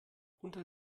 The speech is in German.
unter